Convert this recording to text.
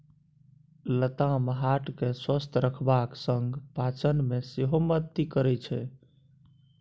लताम हार्ट केँ स्वस्थ रखबाक संग पाचन मे सेहो मदति करय छै